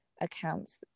accounts